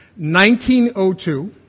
1902